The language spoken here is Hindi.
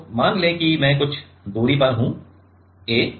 तो मान लें कि मैं कुछ दूरी पर हूं a